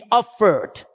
offered